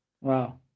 Wow